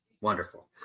Wonderful